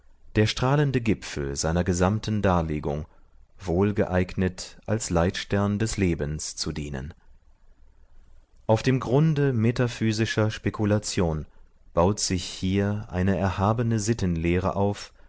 der strahlende gipfel seiner gesamten darlegung wohl geeignet als leitstern des lebens zu dienen auf dem grunde metaphysischer spekulation baut sich hier eine erhabene sittenlehre auf